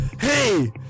Hey